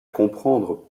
comprendre